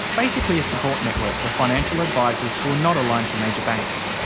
basically a support network for financial advisers who are not aligned to major banks.